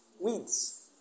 Weeds